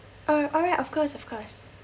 uh alright of course of course